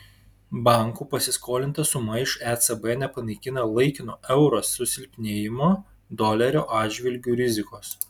bankų pasiskolinta suma iš ecb nepanaikina laikino euro susilpnėjimo dolerio atžvilgiu rizikos